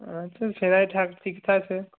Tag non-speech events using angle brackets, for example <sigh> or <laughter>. আচ্ছা সে না হয় <unintelligible> ঠিক <unintelligible>